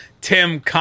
Tim